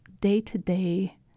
day-to-day